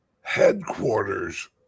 headquarters